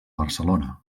barcelona